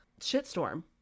shitstorm